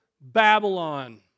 Babylon